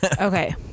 Okay